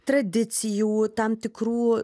tradicijų tam tikrų